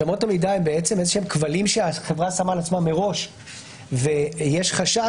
הן איזה שהם כבלים שהחברה שמה על עצמה מראש ויש חשש